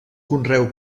conreu